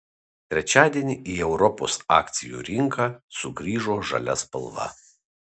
trečiadienį į europos akcijų rinką sugrįžo žalia spalva